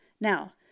Now